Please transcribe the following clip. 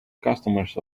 customers